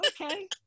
Okay